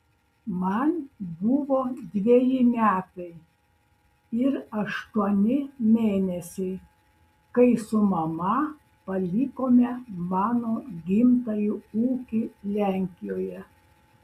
man buvo dveji metai ir aštuoni mėnesiai kai su mama palikome mano gimtąjį ūkį lenkijoje